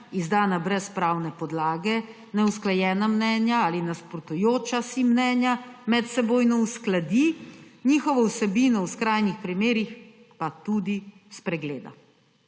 izdana brez pravne podlage, neusklajena mnenja ali nasprotujoča si mnenja medsebojno uskladi, njihovo vsebino pa v skrajnih primerih tudi spregleda.